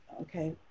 okay